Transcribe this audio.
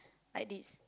like this